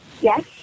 Yes